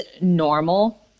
normal